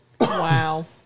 Wow